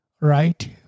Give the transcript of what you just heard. right